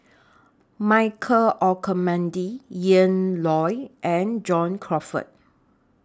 Michael Olcomendy Ian Loy and John Crawfurd